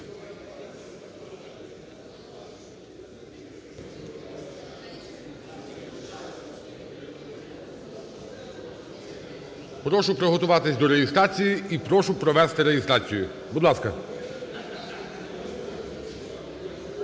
Прошу приготуватись до реєстрації і прошу провести реєстрацію, будь ласка.